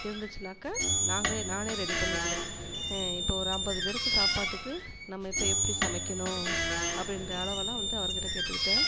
இருந்துச்சுன்னாக்கா நாங்களே நானே ரெடி பண்ணிருவேன் இப்போ ஒரு ஐம்பது பேருக்கு சாப்பாட்டுக்கு நம்ம இப்போ எப்படி சமைக்கணும் அப்படின்ற அளவெல்லாம் வந்து அவர்க்கிட்ட கேட்டுக்கிட்டேன்